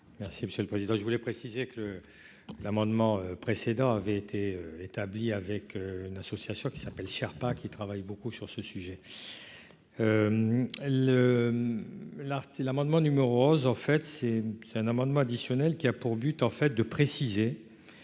monsieur le président je voulais préciser que l'amendement précédent avait été établi avec une association qui s'appelle Sherpa qui travaille beaucoup sur ce sujet le l'c'est l'amendement numéro en fait c'est c'est un amendement additionnel qui a pour but, en fait de préciser